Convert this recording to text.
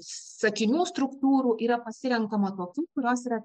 sakinių struktūrų yra pasirenkama tokių kurios yra